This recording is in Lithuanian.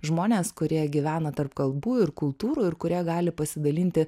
žmones kurie gyvena tarp kalbų ir kultūrų ir kurie gali pasidalinti